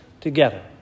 together